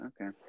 okay